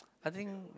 I think